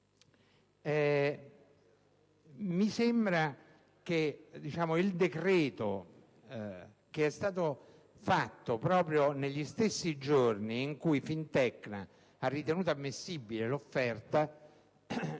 Mi sembra che il decreto-legge, presentato proprio negli stessi giorni in cui Fintecna ha ritenuto ammissibile l'offerta,